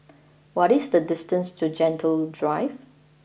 what is the distance to Gentle Drive